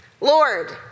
Lord